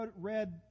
read